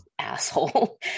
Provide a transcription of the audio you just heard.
Asshole